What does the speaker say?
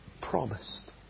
promised